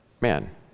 Man